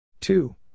two